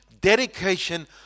dedication